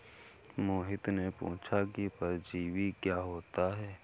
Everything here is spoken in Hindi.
मोहित ने पूछा कि परजीवी क्या होता है?